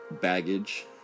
baggage